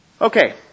Okay